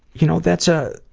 you know, that's a